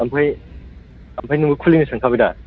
ओमफ्राय नोङो खुलिनो सानखाबायदा